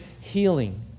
healing